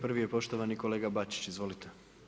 Prvi je poštovani kolega Bačić, izvolite.